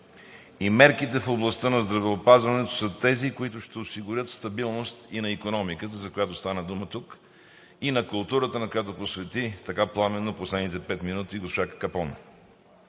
и мерките в областта на здравеопазването са тези, които ще осигурят стабилност и на икономиката, за която стана дума тук, и на културата, на която посвети така пламенно последните пет минути госпожа Капон.